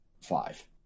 five